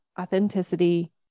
authenticity